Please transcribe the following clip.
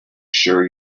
sure